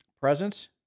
presence